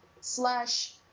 slash